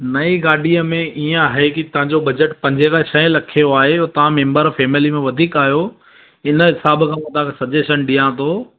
नईं गाॾीअ में ईअं आहे की तव्हाजो बजट पंजें खां छहें लखे जो आहे तव्हां मेम्बर फैमिली में वधीक आहियो हिन हिसाबु सां मां तव्हांखे सजेश्न ॾियां थो